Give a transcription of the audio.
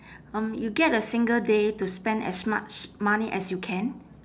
um you get a single day to spend as much money as you can